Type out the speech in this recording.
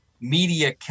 media